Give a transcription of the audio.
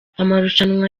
amarushanwa